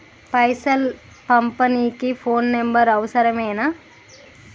పైసలు పంపనీకి phone number అవసరమేనా?